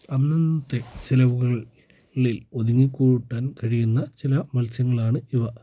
അന്നന്നത്തെ ചിലവുകളിൽ ഒതുങ്ങികൂടാൻ കഴിയുന്ന ചില മത്സ്യങ്ങളാണ് ഇവ